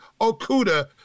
Okuda